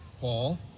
Paul